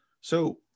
So-